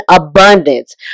abundance